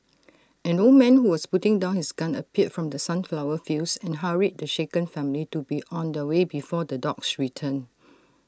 an old man who was putting down his gun appeared from the sunflower fields and hurried the shaken family to be on their way before the dogs return